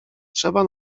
trzeba